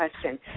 question